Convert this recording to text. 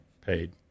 paid